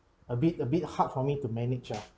a bit a bit hard for me to manage ah